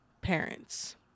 parents